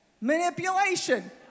Manipulation